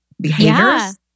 behaviors